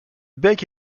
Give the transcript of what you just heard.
bec